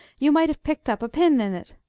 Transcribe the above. you might have picked up a pin in it!